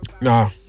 Nah